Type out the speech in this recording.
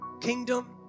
Kingdom